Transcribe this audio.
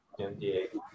MDA